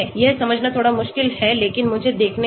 यह समझना थोड़ा मुश्किल है लेकिन मुझे देखने दो